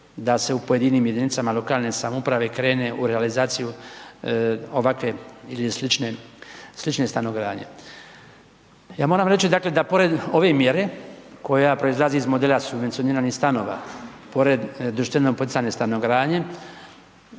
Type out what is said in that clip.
da se u pojedinim jedinice lokalne samouprave krene u realizaciju ovakve ili slične stanogradnje. Ja moram reći, da pored ove mjere koja proizlazi iz modela subvencioniranih stanova, pored društvene poticajne stanogradnje,